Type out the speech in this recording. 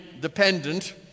dependent